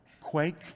quake